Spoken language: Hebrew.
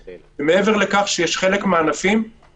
חשוב להגיד שלפי דיווח של בנק ישראל